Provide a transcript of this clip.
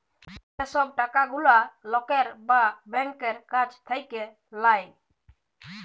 যে সব টাকা গুলা লকের বা ব্যাংকের কাছ থাক্যে লায়